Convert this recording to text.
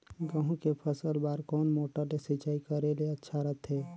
गहूं के फसल बार कोन मोटर ले सिंचाई करे ले अच्छा रथे?